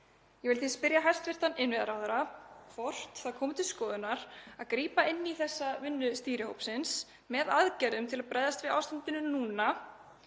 Ég vil því spyrja hæstv. innviðaráðherra hvort það komi til skoðunar að grípa inn í þessa vinnu stýrihópsins með aðgerðum til að bregðast við ástandinu núna